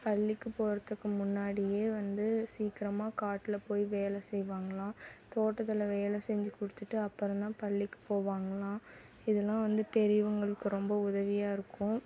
பள்ளிக்கு போகிறதுக்கு முன்னாடியே வந்து சீக்கிரமாக காட்டில் போய் வேலை செய்வாங்களாம் தோட்டத்தில் வேலை செஞ்சு கொடுத்துட்டு அப்புறம் தான் பள்ளிக்கு போவாங்களாம் இதெல்லாம் வந்து பெரியவங்களுக்கு ரொம்ப உதவியாக இருக்கும்